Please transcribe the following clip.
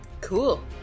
cool